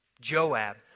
Joab